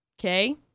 Okay